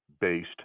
based